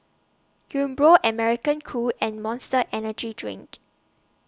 Umbro American Crew and Monster Energy Drink